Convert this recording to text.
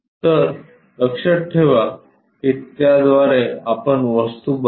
तर लक्षात ठेवा की त्याद्वारे आपण वस्तू बनवू